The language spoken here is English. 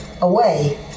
away